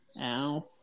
Ow